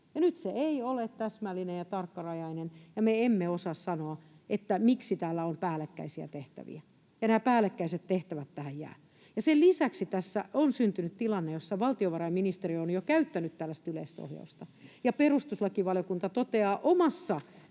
Nyt se ei ole täsmällinen ja tarkkarajainen, ja me emme osaa sanoa, miksi täällä on päällekkäisiä tehtäviä ja nämä päällekkäiset tehtävät tähän jäävät. Sen lisäksi tässä on syntynyt tilanne, jossa valtiovarainministeriö on jo käyttänyt tällaista yleistä ohjausta, ja perustuslakivaliokunta toteaa omassa